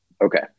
Okay